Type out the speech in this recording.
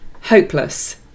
hopeless